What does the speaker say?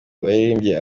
waririmbye